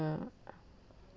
mm